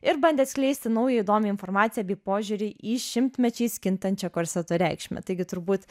ir bandė atskleisti naują įdomią informaciją bei požiūrį į šimtmečiais kintančią korseto reikšmę taigi turbūt